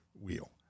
wheel